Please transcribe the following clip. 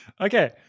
Okay